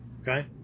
okay